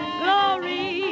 glory